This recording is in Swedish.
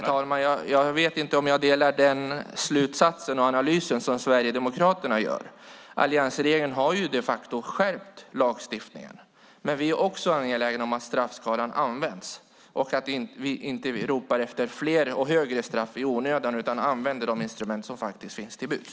Herr talman! Jag vet inte om jag delar den slutsats och den analys som Sverigedemokraterna gör. Alliansregeringen har de facto skärpt lagstiftningen, men vi är också angelägna om att straffskalan används. Vi ska inte ropa efter fler och längre straff i onödan utan använda de instrument som faktiskt står till buds.